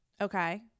Okay